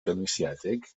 gynwysiedig